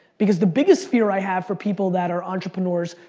because the biggest fear i have for people that are entrepreneurs,